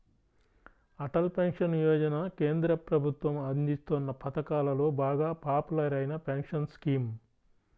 Atal pension Yojana కేంద్ర ప్రభుత్వం అందిస్తోన్న పథకాలలో బాగా పాపులర్ అయిన పెన్షన్ స్కీమ్